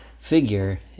figure